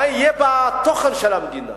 מה יהיה בתוכן של המדינה